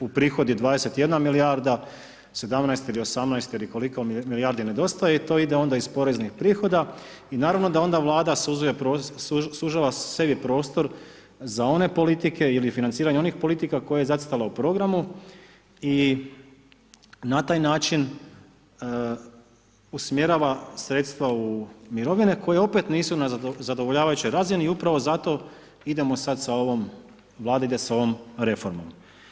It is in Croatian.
uprihodi 21 milijarda, 17 ili 18 ili koliko milijardi nedostaje, i to ide onda iz poreznih prihoda, i naravno da onda Vlada sužava sebi prostor za one politike ili financiranje onih politika koje je zacrtala u programu, i na taj način usmjerava sredstva u mirovine, koje opet nisu na zadovoljavajućoj razini, i upravo zato idemo sad sa ovom, Vlada ide s ovom reformom.